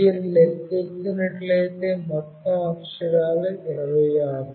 మీరు లెక్కించినట్లయితే మొత్తం అక్షరాలు 26